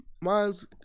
mine's